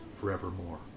forevermore